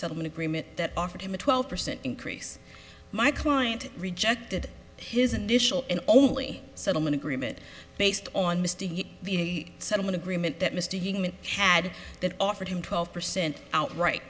settlement agreement that offered him a twelve percent increase my client rejected his initial and only settlement agreement based on misty the settlement agreement that mr human had that offered him twelve percent out right